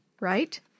right